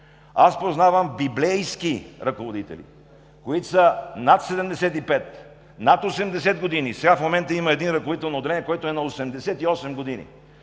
Познавам библейски ръководители, които са над 75 години, над 80 години. В момента има ръководител на отделение, който е на 88 години.